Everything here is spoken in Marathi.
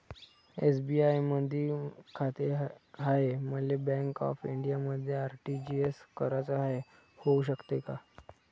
एस.बी.आय मधी खाते हाय, मले बँक ऑफ इंडियामध्ये आर.टी.जी.एस कराच हाय, होऊ शकते का?